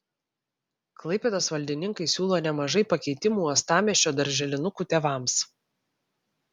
klaipėdos valdininkai siūlo nemažai pakeitimų uostamiesčio darželinukų tėvams